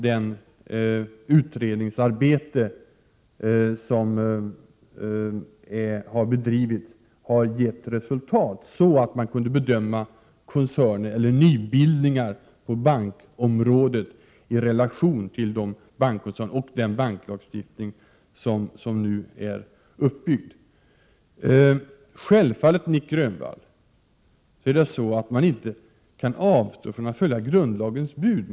Det utredningsarbete som bedrivits har gett resultat, så att man kunde bedöma frågor om nybildningar på bankområdet och sätta dem i relation till de bankkoncerner och den banklagstiftning som byggts upp. Självfallet, Nic Grönvall, kan man inte avstå från att följa grundlagens bud.